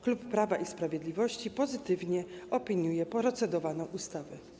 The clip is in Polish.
Klub Prawo i Sprawiedliwość pozytywnie opiniuje procedowaną ustawę.